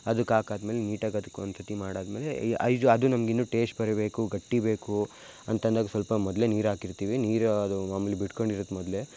ಅದಕ್ಕೆ ಹಾಕಾದ ಮೇಲೆ ನೀಟಾಗಿ ಅದಕ್ಕೆ ಒಂದು ಸರ್ತಿ ಮಾಡಾದ ಮೇಲೆ ಈ ಅದು ನಮ್ಗಿನ್ನೂ ಟೇಸ್ಟ್ ಬರಬೇಕು ಗಟ್ಟಿ ಬೇಕು ಅಂತಂದಾಗ ಸ್ವಲ್ಪ ಮೊದಲೇ ನೀರು ಹಾಕಿರ್ತೀವಿ ನೀರು ಅದು ಮಾಮೂಲಿ ಬಿಟ್ಕೊಂಡಿರತ್ತೆ ಮೊದಲೇ